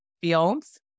fields